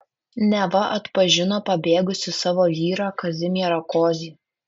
neva atpažino pabėgusį savo vyrą kazimierą kozį